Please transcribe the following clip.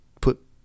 put